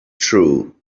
true